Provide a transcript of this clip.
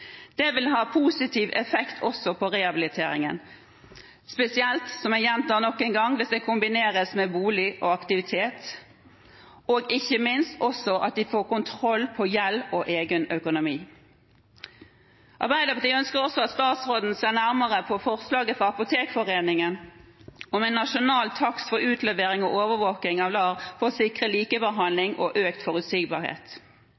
Det vil ha positiv effekt også på rehabiliteringen – spesielt, som jeg gjentar nok en gang, hvis det kombineres med bolig og aktivitet, og ikke minst at de også får kontroll på gjeld og egen økonomi. Arbeiderpartiet ønsker også at statsråden ser nærmere på forslaget fra Apotekforeningen om en nasjonal takst for LAR-utlevering og overvåking av LAR for å sikre likebehandling og økt forutsigbarhet.